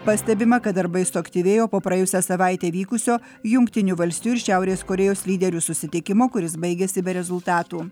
pastebima kad darbai suaktyvėjo po praėjusią savaitę vykusio jungtinių valstijų ir šiaurės korėjos lyderių susitikimo kuris baigėsi be rezultatų